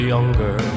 Younger